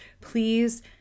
Please